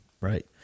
Right